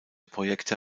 projekte